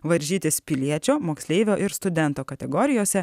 varžytis piliečio moksleivio ir studento kategorijose